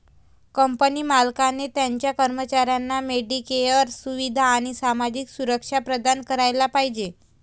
company मालकाने त्याच्या कर्मचाऱ्यांना मेडिकेअर सुविधा आणि सामाजिक सुरक्षा प्रदान करायला पाहिजे